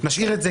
אם משאירים את (4),